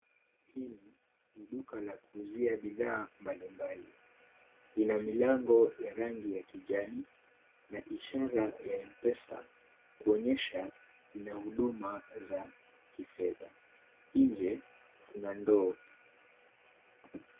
Hili ni duka la kuuzia bidhaa mbalimbali. Ina milango ya rangi ya kijani na ishara ya M-Pesa kuonyesha ina huduma za kifedha. Nje kuna ndoo.